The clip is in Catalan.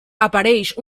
apareix